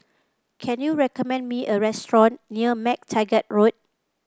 can you recommend me a restaurant near MacTaggart Road